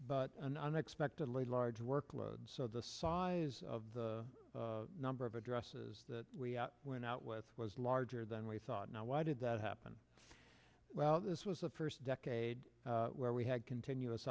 but an unexpectedly large workload so the size of the number of addresses that we went out with was larger than we thought now why did that happen well this was the first decade where we had continuous